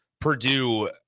Purdue